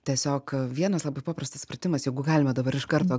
tiesiog vienas labai paprastas pratimas jeigu galima dabar iš karto